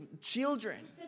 children